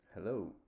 Hello